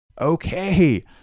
Okay